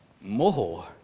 more